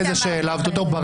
העלבתי את יו"ר האופוזיציה?